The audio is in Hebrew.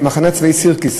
במחנה הצבאי סירקין,